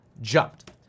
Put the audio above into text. jumped